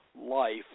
life